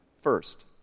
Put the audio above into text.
First